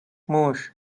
موش